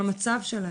יקל.